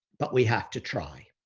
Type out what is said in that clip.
but we have to try.